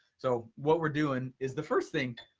so what we're doing, is the first thing.